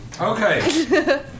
Okay